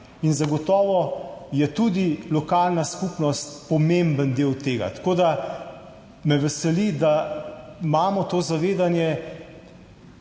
Zagotovo je tudi lokalna skupnost pomemben del tega. Tako da me veseli, da imamo to zavedanje